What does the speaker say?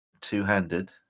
two-handed